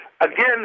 Again